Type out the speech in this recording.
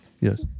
Yes